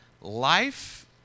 life